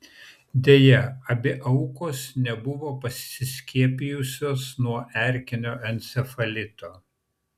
deja abi aukos nebuvo pasiskiepijusios nuo erkinio encefalito